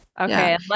okay